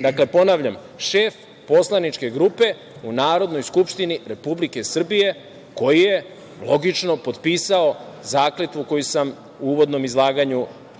Dakle, ponavljam, šef poslaničke grupe u Narodnoj skupštini Republike Srbije koji je, logično, potpisao zakletvu koju sam u uvodnom izlaganju